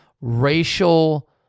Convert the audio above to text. racial